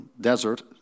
desert